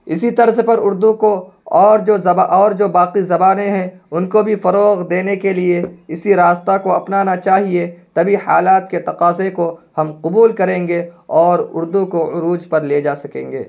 اسی طرز پر اردو کو اور جو اور جو باقی زبانیں ہیں ان کو بھی فروغ دینے کے لیے اسی راستہ کو اپنانا چاہیے تبھی حالات کے تقاضے کو ہم قبول کریں گے اور اردو کو عروج پر لے جا سکیں گے